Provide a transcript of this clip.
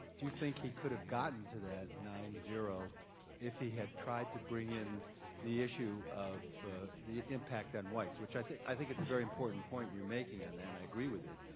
do you think he could have gotten to that nine zero if he had tried to bring in the issue of the impact on whites, which i think i think it's a very important point you're making on that, i agree with it,